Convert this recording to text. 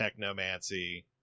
technomancy